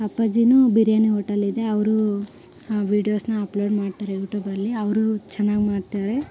ಅಪ್ಪಾಜಿನೂ biryani hotel ಇದೆ ಅವರೂ ಆ ವಿಡಿಯೋಸ್ನ ಅಪ್ಲೋಡ್ ಮಾಡ್ತಾರೆ ಯೂಟೂಬಲ್ಲಿ ಅವರು ಚೆನ್ನಾಗ್ ಮಾಡ್ತಾರೆ